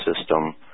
system